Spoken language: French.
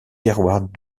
terroirs